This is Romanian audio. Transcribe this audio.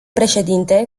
președinte